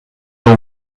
aux